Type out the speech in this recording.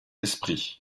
esprits